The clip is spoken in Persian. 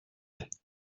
هست